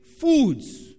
foods